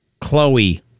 Chloe